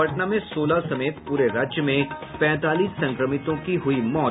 पटना में सोलह समेत पूरे राज्य में पैंतालीस संक्रमितों की हुई मौत